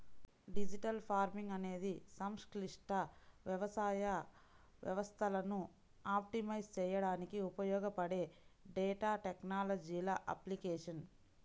digital farming అనేది సంక్లిష్ట వ్యవసాయ వ్యవస్థలను ఆప్టిమైజ్ చేయడానికి ఉపయోగపడే డేటా టెక్నాలజీల అప్లికేషన్